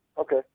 Okay